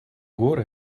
горы